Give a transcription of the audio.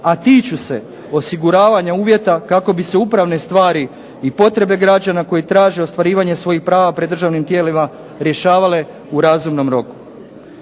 a tiču se osiguravanja uvjeta kako bi se upravne stvari i potrebe građana koji traže ostvarivanje svojih prava pred državnim tijelima rješavale u razumnom roku.